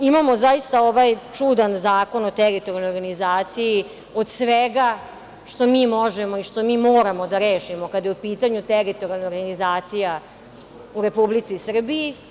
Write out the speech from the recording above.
Imamo zaista čudan zakon o teritorijalnoj organizaciji od svega što mi možemo i što mi moramo da rešimo kada je u pitanju teritorijalna organizacija u Republici Srbiji.